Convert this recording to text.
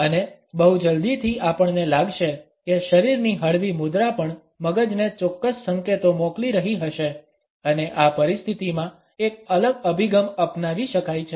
અને બહુ જલદીથી આપણને લાગશે કે શરીરની હળવી મુદ્રા પણ મગજને ચોક્કસ સંકેતો મોકલી રહી હશે અને આ પરિસ્થિતિમાં એક અલગ અભિગમ અપનાવી શકાય છે